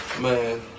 man